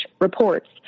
reports